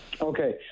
okay